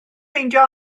meindio